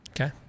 Okay